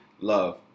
Love